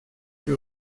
que